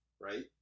right